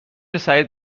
سعید